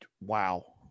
Wow